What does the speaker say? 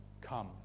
come